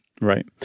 Right